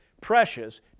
precious